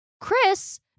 Chris